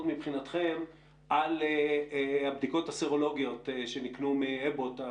מבחינתכם על הבדיקות הסרולוגיות שנקנו מאבוט,